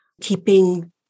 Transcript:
keeping